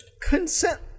consent